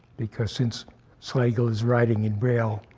because, since slagle is writing in braille,